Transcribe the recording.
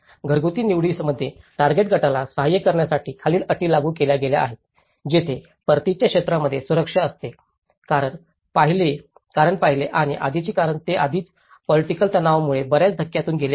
घरगुती निवडीमध्ये टार्गेट गटाला सहाय्य करण्यासाठी खालील अटी लागू केल्या गेल्या आहेत जेथे परतीच्या क्षेत्रामध्ये सुरक्षा असते कारण पहिले आणि आधीचे कारण ते आधीच पोलिटिकल तणावामुळे बर्याच धक्क्यातून गेले आहेत